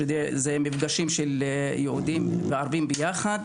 שזה מפגשים של יהודים וערבים ביחד,